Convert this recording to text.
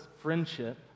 friendship